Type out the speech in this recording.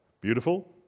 Beautiful